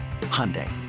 Hyundai